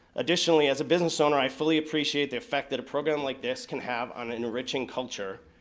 additionally as a business owner i fully appreciate the effect that a program like this can have on enriching culture,